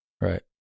Right